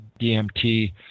DMT